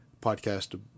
podcast